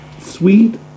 Sweet